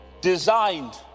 designed